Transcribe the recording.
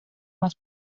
más